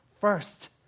first